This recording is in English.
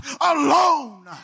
alone